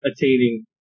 attaining